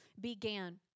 began